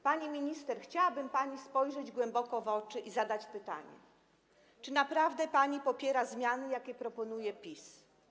Pani minister, chciałabym pani spojrzeć głęboko w oczy i zadać pytanie: Czy naprawdę pani popiera zmiany, jakie proponuje PiS?